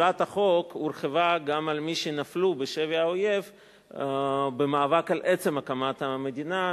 תחולת החוק הורחבה גם על מי שנפלו בשבי האויב במאבק על עצם הקמת המדינה,